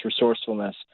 resourcefulness